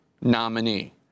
nominee